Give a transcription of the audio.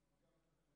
גפני,